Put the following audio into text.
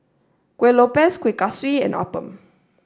Kuih Lopes Kuih Kaswi and Appam